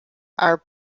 are